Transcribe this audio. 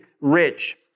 rich